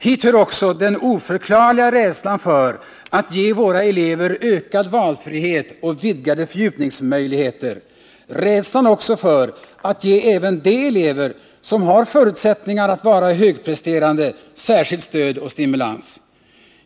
Hit hör också den oförklarliga rädslan för att ge våra elever ökad valfrihet och vidgade fördjupningsmöjligheter; rädslan också för att ge även de elever som har förutsättningar att vara högpresterande särskilt stöd och stimulans.